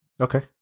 Okay